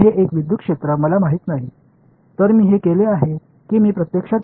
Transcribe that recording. ஆனால் இது எனக்குத் தெரியாத மின்சார புலம்